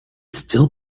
still